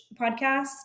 podcast